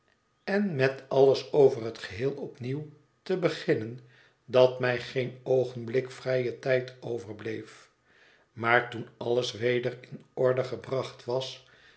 en met alles over het geheel opnieuw te beginnen dat mij geen oogenblik vrijen tijd overbleef maar toen alles weder in orde gebracht was